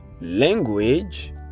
language